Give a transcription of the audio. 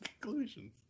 conclusions